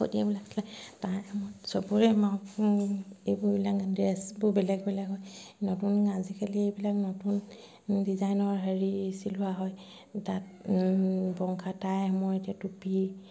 তাই আহোমৰ সবৰে মা এইবোৰ ড্ৰেছবোৰ বেলেগ বেলেগ হয় নতুন আজিকালি এইবিলাক নতুন ডিজাইনৰ হেৰি চিলোৱা হয় তাত বংশ তাই আহোমৰ এতিয়া টুপি